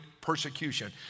persecution